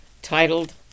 titled